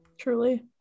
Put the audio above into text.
Truly